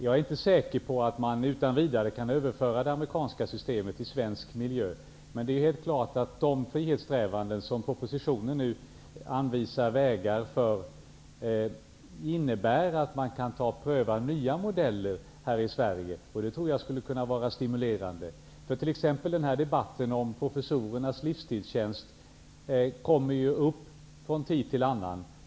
Jag är inte säker på att man utan vidare kan överföra det amerikanska systemet i svensk miljö. Men det är helt klart att de frihetssträvanden som propositionen nu anvisar vägar för innebär att man kan pröva nya modeller här i Sverige. Det tror jag kan vara stimulerande. Debatter om professorernas livstidsjänster uppstår från tid till annan.